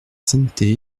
sainteté